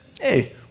hey